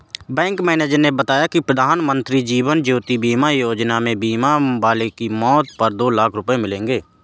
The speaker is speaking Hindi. बैंक मैनेजर ने बताया कि प्रधानमंत्री जीवन ज्योति बीमा योजना में बीमा वाले की मौत पर दो लाख रूपये मिलेंगे